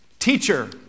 Teacher